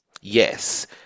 Yes